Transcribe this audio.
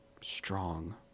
strong